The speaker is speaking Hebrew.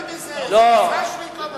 לא נגעתי בזה, זה מיסז'ניקוב עשה,